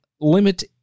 limit